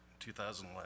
2011